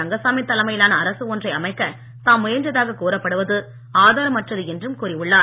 ரங்கசாமி தலைமையிலான அரசு ஒன்றை அமைக்க தாம் முயன்றதாக கூறப்படுவது ஆதாரமற்றது என்றும் கூறியுள்ளார்